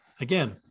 again